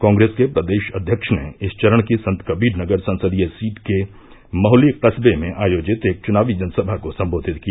कॉग्रेस के प्रदेष अध्यक्ष ने इस चरण की संतकबीरनगर संसदीय सीट के महुली कस्बे में आयोजित एक चुनावी जनसभा को सम्बोधित किया